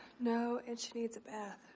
no, and she needs a bath.